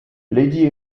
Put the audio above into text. lady